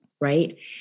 right